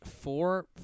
four